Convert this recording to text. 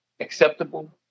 Acceptable